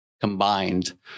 combined